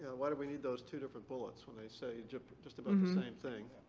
why do we need those two different bullets when they say just but just about the same thing.